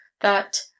that